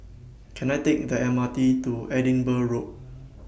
Can I Take The M R T to Edinburgh Road